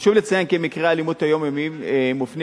חשוב לציין כי מקרי האלימות היומיומיים מופנים